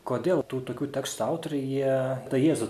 kodėl tų tokių tekstų autoriai jie tą jėzų